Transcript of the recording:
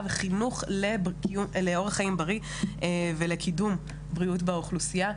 וחינוך לאורך חיים בריא וקידום בריאות באוכלוסייה,